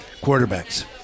Quarterbacks